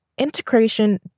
integration